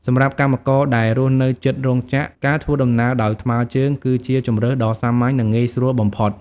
សម្រាប់កម្មករដែលរស់នៅជិតរោងចក្រ ការធ្វើដំណើរដោយថ្មើរជើងគឺជាជម្រើសដ៏សាមញ្ញនិងងាយស្រួលបំផុត។